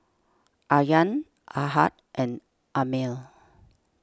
Aryan Ahad and Ammir